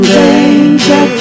danger